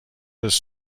does